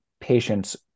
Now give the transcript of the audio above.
patients